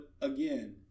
again